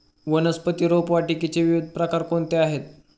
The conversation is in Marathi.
वनस्पती रोपवाटिकेचे विविध प्रकार कोणते आहेत?